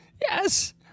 yes